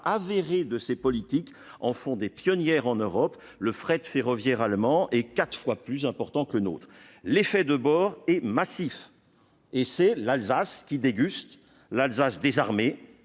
avérés de ces politiques en font des pionnières en Europe. Le fret ferroviaire allemand est quatre fois plus important que le nôtre. L'effet de bord est massif, et c'est l'Alsace qui déguste : l'Alsace désarmée